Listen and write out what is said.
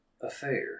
affair